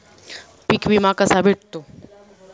पीक विमा कसा भेटतो?